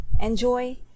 enjoy